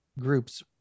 groups